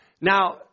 Now